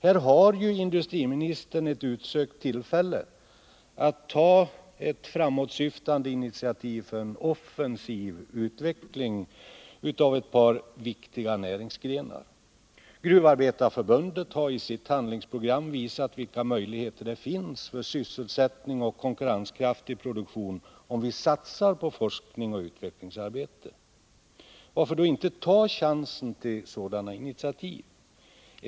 Här har ju industriministern ett utsökt tillfälle att ta ett framåtsyftande initiativ för en offensiv utveckling av ett par viktiga näringsgrenar. Gruvarbetarförbundet har i sitt handlingsprogram visat vilka möjligheter som finns för sysselsättning och konkurrenskraftig produktion om vi satsar på forskningsoch utvecklingsarbete. Varför då inte ta chansen till sådana initiativ?